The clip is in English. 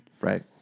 right